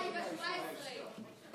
היא ב-17 לחודש.